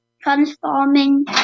Transforming